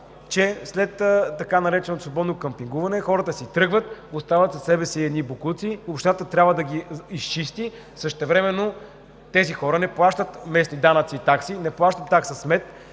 че след така нареченото свободно къмпингуване хората си тръгват, оставят след себе си едни боклуци и общината трябва да ги изчисти. Същевременно тези хора не плащат местни данъци и такси, не плащат такса смет,